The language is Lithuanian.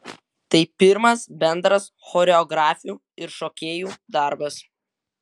tai pirmas bendras choreografių ir šokėjų darbas